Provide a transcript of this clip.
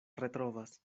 retrovas